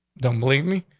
don't believe me.